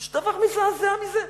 יש דבר מזעזע מזה?